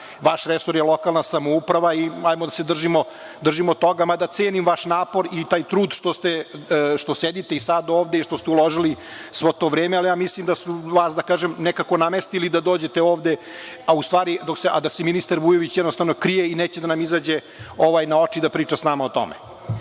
vaš resor je lokalna samouprava i hajde da se držimo toga, mada cenim vaš napor i taj trud što sedite i sad ovde i što ste uložili sve to vreme. Ali, mislim da su vas, da kažem, nekako namestili da dođete ovde, a da se ministar Vujović jednostavno krije i neće da nam izađe na oči da priča sa nama o tome. Drugo